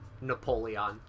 Napoleon